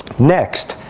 next,